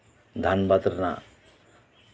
ᱫᱷᱟᱱᱵᱟᱫ ᱨᱮᱱᱟᱜ